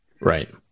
Right